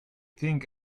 think